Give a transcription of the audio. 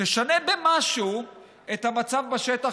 תשנה במשהו את המצב בשטח,